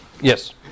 Yes